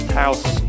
house